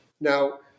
Now